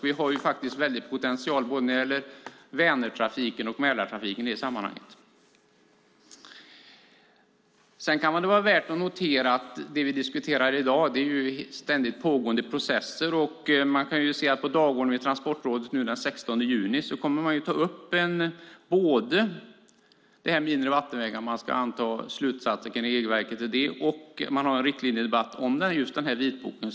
Vi har en stor potential både när det gäller Vänertrafiken och Mälartrafiken i detta sammanhang. Sedan kan det vara värt att notera att det som vi diskuterar i dag är ständigt pågående processer. På dagordningen för Transportrådet den 16 juni framgår det att man kommer att ta upp de inre vattenvägarna. Man ska anta slutsatser kring regelverket och ha en riktlinjedebatt om vitboken.